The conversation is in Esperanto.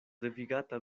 devigata